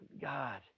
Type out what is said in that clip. God